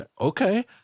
Okay